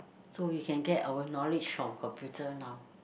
so you can get our knowledge from computer now